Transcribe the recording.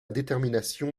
détermination